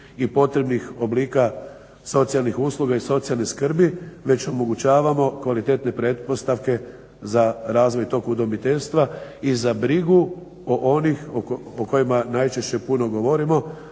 i potrebnih oblika socijalnih usluga i socijalne skrbi već omogućavamo kvalitetne pretpostavke za razvoj tog udomiteljstva i za brigu o onima o kojima najčešće puno govorimo,